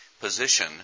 position